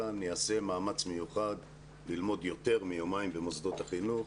כאן ייעשה מאמץ מיוחד ללמוד יותר מיומיים במוסדות החינוך.